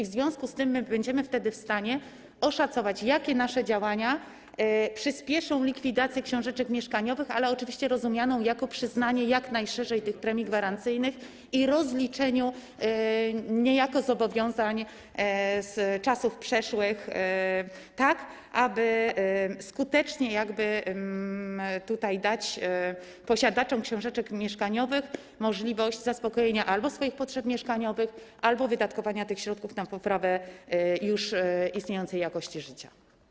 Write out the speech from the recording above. W związku z tym będziemy wtedy w stanie oszacować, które nasze działania przyspieszą likwidację książeczek mieszkaniowych, ale oczywiście rozumianą jako przyznanie jak najszerzej tych premii gwarancyjnych i niejako rozliczenie zobowiązań z przeszłości tak, aby skutecznie dać posiadaczom książeczek mieszkaniowych możliwość albo zaspokojenia swoich potrzeb mieszkaniowych, albo wydatkowania tych środków na poprawę już istniejącej jakości życia.